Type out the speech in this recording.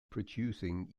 producing